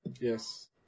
Yes